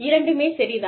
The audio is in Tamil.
இரண்டுமே சரிதான்